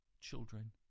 children